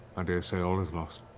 i dare say all is lost.